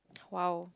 !wow!